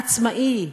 עצמאי.